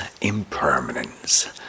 impermanence